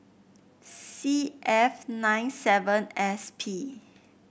C F nine Z S P